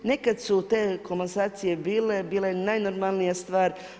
Nekad su te komasacije bile, bile najnormalnija stvar.